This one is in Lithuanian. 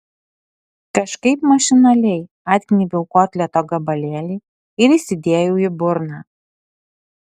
kažkaip mašinaliai atgnybiau kotleto gabalėlį ir įsidėjau į burną